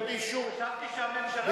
חשבתי שהממשלה תגיש.